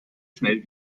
schnell